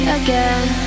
again